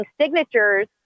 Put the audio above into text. signatures